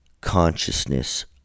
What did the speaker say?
consciousness